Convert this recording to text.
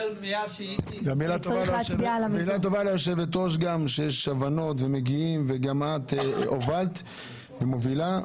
מילה טובה ליושבת הראש גם שיש הבנות ומגיעים וגם את הובלת ומובילה,